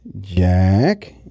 Jack